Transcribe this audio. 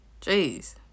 jeez